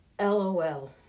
lol